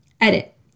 Edit